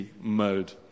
mode